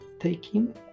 taking